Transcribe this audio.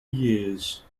years